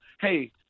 hey